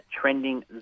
Trending